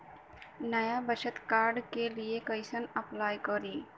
नया बचत कार्ड के लिए कइसे अपलाई करी?